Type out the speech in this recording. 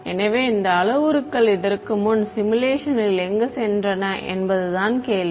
எனவே இந்த அளவுருக்கள் இதற்கு முன் சிமுலேஷன் ல் எங்கு சென்றன என்பதுதான் கேள்வி